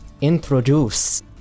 introduce